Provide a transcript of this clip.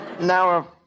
Now